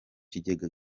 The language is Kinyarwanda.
kigega